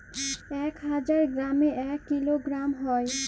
এক হাজার গ্রামে এক কিলোগ্রাম হয়